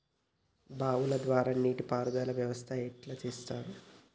బావుల ద్వారా నీటి పారుదల వ్యవస్థ ఎట్లా చేత్తరు?